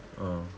oh